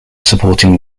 supporting